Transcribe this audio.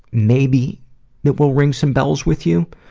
maybe it will ring some bells with you?